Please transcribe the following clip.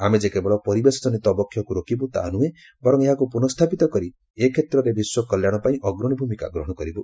ଆମେ ଯେ କେବଳ ପରିବେଶଜନିତ ଅବକ୍ଷୟକୁ ରୋକିବୁ ତାହା ନୁହେଁ ବରଂ ଏହାକୁ ପୁନଃସ୍ଥାପିତ କରି ଏକ୍ଷେତ୍ରରେ ବିଶ୍ୱ କଲ୍ୟାଣ ପାଇଁ ଅଗ୍ରଣୀ ଭୂମିକା ଗ୍ରହଣ କରିବୁ